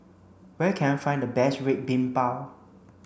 where can I find the best Red Bean Bao